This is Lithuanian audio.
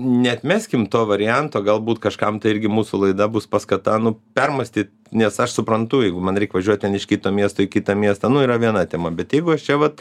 neatmeskim to varianto galbūt kažkam tai irgi mūsų laida bus paskata nu permąstyt nes aš suprantu jeigu man reik važiuot ten iš kito miesto į kitą miestą nu yra viena tema bet jeigu aš čia vat